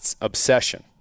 obsession